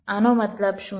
આનો મતલબ શું થયો